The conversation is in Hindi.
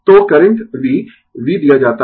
तो करंट v v दिया जाता है